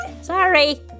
Sorry